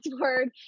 word